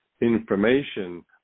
information